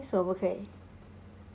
为什么不可以